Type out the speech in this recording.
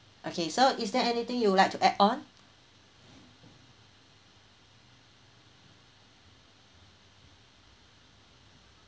okay so is there anything you would like to add on